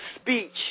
speech